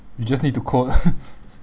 you just need to code